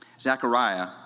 Zechariah